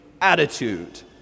attitude